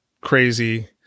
crazy